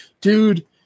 dude